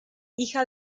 hija